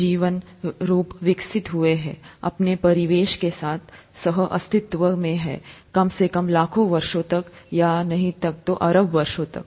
जीवन रूप विकसित हुए है अपने परिवेश के साथ सह अस्तित्व में है कम से कम लाखों वर्षों तक या यहां तक कि अरबों वर्षों तक